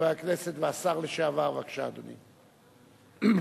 חבר הכנסת והשר לשעבר, בבקשה, אדוני.